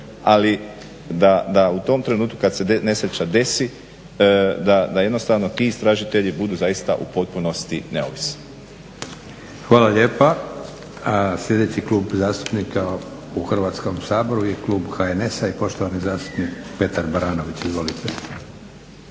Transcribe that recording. ali da u tom trenutku kad se nesreća desi da jednostavno ti istražitelji budu zaista u potpunosti neovisni. **Leko, Josip (SDP)** Hvala lijepa. Sljedeći klub zastupnika u Hrvatskom Saboru je Klub HNS-a i poštovani zastupnik Petar Baranović. Izvolite.